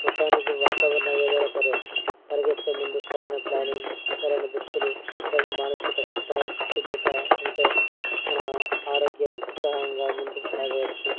మొత్తానికి వాతావరణం ఏదైనా సరే పరిగెత్తే ముందు సరైన ప్లానింగ్ సరైన దుస్తులు సరైన మానసిక సిద్ధ సిద్ధత ఉంటే మన ఆరోగ్యం ఉత్సాహంగా ముందుకు సాగవచ్చు